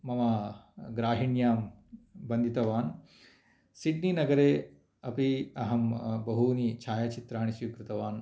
मम ग्राहिन्यां वन्धितवान् सिड्नी नगरे अपि अहं बहुनि छायाचित्राणि स्वीकृतवान्